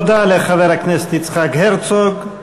תודה לחבר הכנסת יצחק הרצוג.